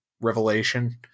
revelation